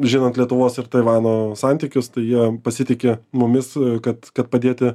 žinant lietuvos ir taivano santykius tai jie pasitiki mumis kad kad padėti